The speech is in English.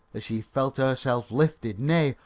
as she felt herself lifted, nay,